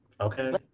Okay